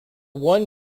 one